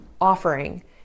offering